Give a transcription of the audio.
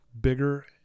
bigger